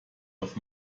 auf